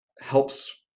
helps